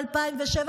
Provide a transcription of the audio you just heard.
ב-2007,